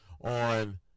on